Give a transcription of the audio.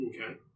Okay